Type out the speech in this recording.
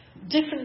Different